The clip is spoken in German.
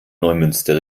neumünster